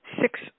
Six